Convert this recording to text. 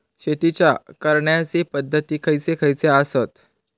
शेतीच्या करण्याचे पध्दती खैचे खैचे आसत?